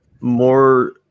more